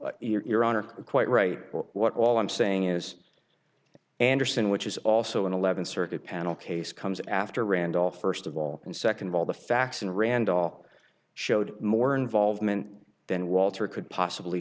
assume you're on are quite right what all i'm saying is anderson which is also an eleventh circuit panel case comes after randolph first of all and second of all the facts and randolph showed more involvement than walter could possibly